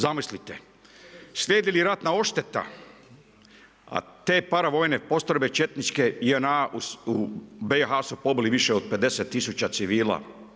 Zamislite, slijedi li ratna ošteta, a te paravojne postrojbe, četničke, JNA, u BIH su pobili više od 50000 civila.